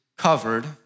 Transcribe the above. covered